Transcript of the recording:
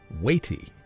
weighty